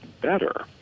better